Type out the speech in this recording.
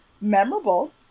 memorable